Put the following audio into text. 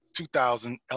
2000